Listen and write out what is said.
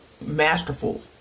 masterful